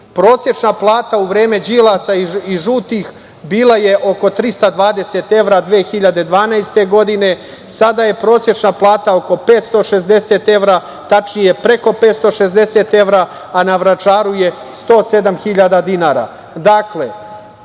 Vučića. Prosečna plata u vreme Đilasa i žutih je bila oko 320 evra, 2012. godine. Sada je prosečna plata oko 560 evra, tačnije preko 560 evra, a na Vračaru je 107.000 dinara.